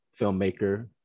filmmaker